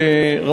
תודה רבה לך,